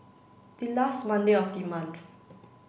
the last Monday of the month